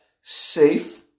safe